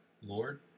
Lord